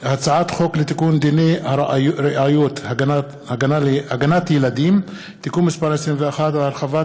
הצעת חוק לתיקון דיני הראיות (הגנת ילדים) (תיקון מס' 21) (הרחבת